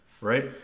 right